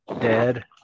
dead